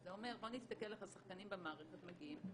שזה אומר: נסתכל איך השחקנים במערכת מגיעים,